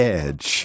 edge